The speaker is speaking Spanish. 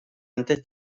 antes